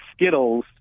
Skittles